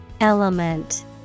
Element